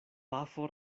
pafo